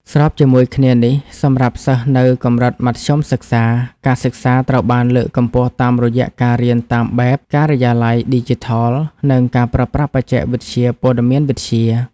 ស្របជាមួយគ្នានេះ សម្រាប់សិស្សនៅកម្រិតមធ្យមសិក្សា ការសិក្សាត្រូវបានលើកកម្ពស់តាមរយៈការរៀនតាមបែបការិយាល័យឌីជីថល និងការប្រើប្រាស់បច្ចេកវិទ្យាព័ត៌មានវិទ្យា។